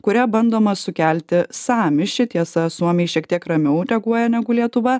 kuria bandoma sukelti sąmyšį tiesa suomiai šiek tiek ramiau reaguoja negu lietuva